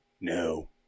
No